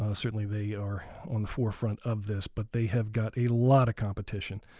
ah certainly they are on the forefront of this, but they have got a lot of competition.